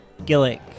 Gillick